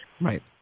Right